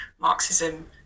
Marxism